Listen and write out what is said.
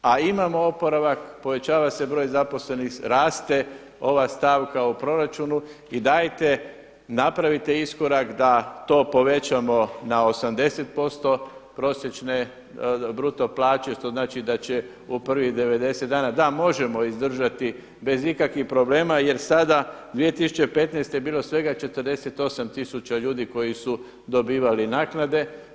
A imamo oporavak, povećava se broj zaposlenih, raste ova stavka o proračunu i dajte napravite iskorak da to povećamo na 80% prosječne bruto plaće što znači da će u prvih 90 dana, da možemo izdržati bez ikakvih problema jer je sada 2015. bilo svega 48 tisuća ljudi koji su dobivali naknade.